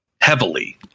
heavily